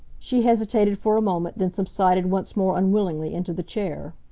she hesitated for a moment, then subsided once more unwillingly into the chair.